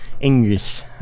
English